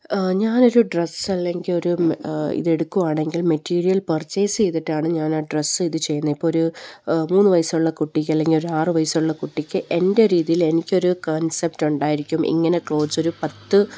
ഞാനൊരു ഡ്രസ്സ് അല്ലെങ്കില് ഒരു ഇതെടുക്കുകയാണെങ്കിൽ മെറ്റീരിയൽ പർച്ചേസ് ചെയ്തിട്ടാണ് ഞാൻ ആ ഡ്രസ്സ് ഇത് ചെയ്യുന്നത് ഇപ്പോള് ഒരു മൂന്ന് വയസ്സുള്ള കുട്ടിക്ക് അല്ലെങ്കില് ഒരു ആറ് വയസ്സുള്ള കുട്ടിക്ക് എൻ്റെ രീതിയിൽ എനിക്കൊരു കൺസെപ്റ്റ് ഉണ്ടായിരിക്കും എങ്ങനെ ക്ലോത്സ് ഒരു പത്ത്